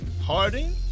Harding